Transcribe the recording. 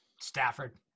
Stafford